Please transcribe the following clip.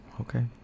okay